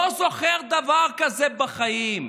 לא זוכר דבר כזה בחיים,